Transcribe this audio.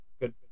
good